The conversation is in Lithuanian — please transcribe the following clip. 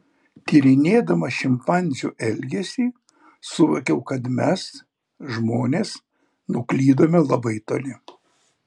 tyrinėdama šimpanzių elgesį suvokiau kad mes žmonės nuklydome labai toli